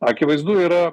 akivaizdu yra